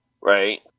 Right